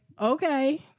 okay